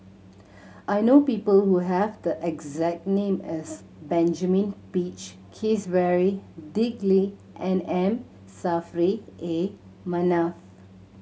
I know people who have the exact name as Benjamin Peach Keasberry Dick Lee and M Saffri A Manaf